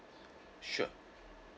sure